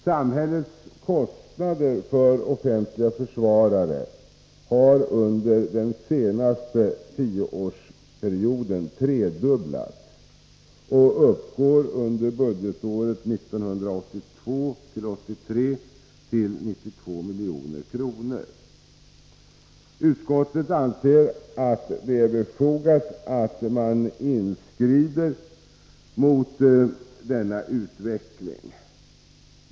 Samhällets kostnader för offentliga försvarare har under den senaste tioårsperioden tredubblats och uppgick under budgetåret 1982/83 till 92 milj.kr. Utskottet anser att det är befogat att man inskrider mot denna utveckling.